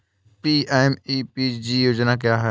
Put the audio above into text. PMEPG योजना क्या है?